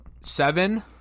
Seven